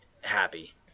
happy